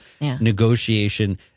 negotiation